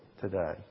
today